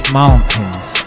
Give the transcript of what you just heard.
mountains